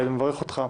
ואני מברך אותך,